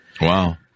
Wow